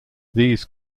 these